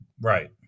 Right